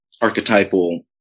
archetypal